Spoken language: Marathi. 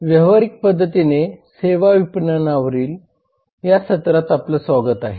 व्यावहारिक पद्धतीने सेवा विपणनावरील या सत्रात आपले स्वागत आहे